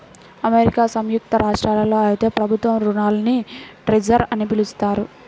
America సంయుక్త రాష్ట్రాల్లో అయితే ప్రభుత్వ రుణాల్ని ట్రెజర్ అని పిలుస్తారు